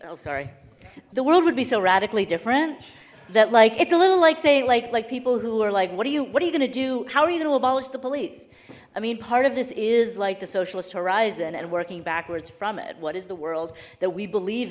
i'm sorry the world would be so radically different that like it's a little like saying like like people who are like what do you what are you gonna do how are you to abolish the police i mean part of this is like the socialist horizon and working backwards from it what is the world that we believe